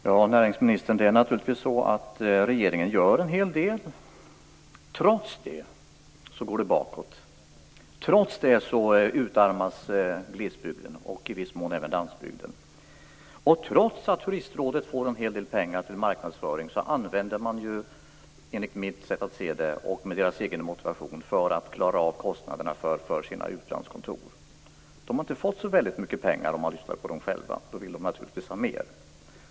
Herr talman! Det är naturligtvis så att regeringen gör en hel del, näringsministern. Trots det går det bakåt. Trots det utarmas glesbygden och i viss mån även landsbygden. Trots att Turistrådet får en hel del pengar till marknadsföring använder man, enligt mitt sätt att se det och med deras egen motivation, dem för att klara av kostnaderna för sina utlandskontor. De har inte fått så väldigt mycket pengar om man lyssnar på dem själva. De vill naturligtvis ha mer.